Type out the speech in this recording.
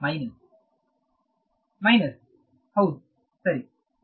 ವಿದ್ಯಾರ್ಥಿ minus minus